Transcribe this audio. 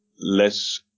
less